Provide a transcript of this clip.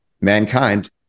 mankind